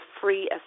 free